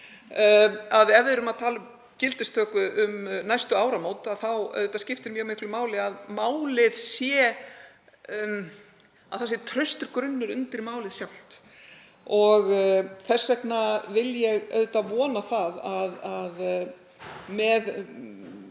Ef við erum að tala um gildistöku um næstu áramót skiptir mjög miklu máli að það sé traustur grunnur undir málið sjálft. Þess vegna vil ég auðvitað vona að með